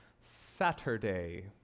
Saturday